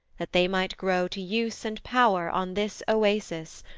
that they might grow to use and power on this oasis,